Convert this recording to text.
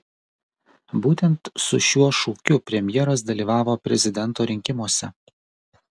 būtent su šiuo šūkiu premjeras dalyvavo prezidento rinkimuose